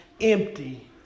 empty